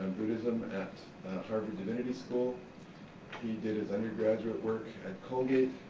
buddhism at harvard divinity school. he did his undergraduate work at colgate,